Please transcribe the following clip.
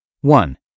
One